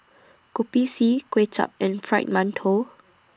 Kopi C Kuay Chap and Fried mantou